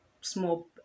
small